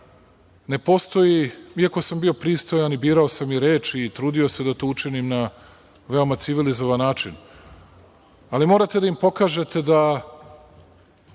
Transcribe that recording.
Ne postoji iako sam bio pristojan i birao sam reči i trudio se da to učinim na veoma civilizovan način, ali morate da im pokažete da